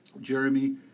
Jeremy